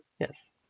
Yes